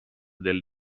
del